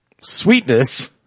Sweetness